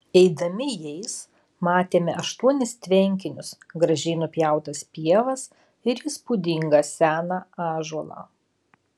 eidami jais matėme aštuonis tvenkinius gražiai nupjautas pievas ir įspūdingą seną ąžuolą